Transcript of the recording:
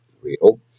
real